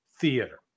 theater